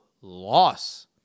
loss